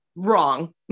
wrong